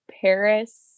Paris